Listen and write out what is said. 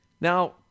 Now